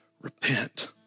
repent